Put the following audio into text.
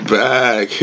back